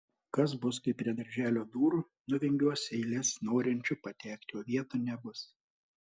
kas bus kai prie darželio durų nuvingiuos eilės norinčių patekti o vietų nebus